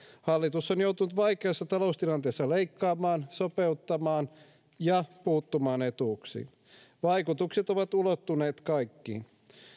hallitus on joutunut vaikeassa taloustilanteessa leikkaamaan sopeuttamaan ja puuttumaan etuuksiin vaikutukset ovat ulottuneet kaikkiin